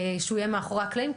שהוא יהיה מאחורי הקלעים,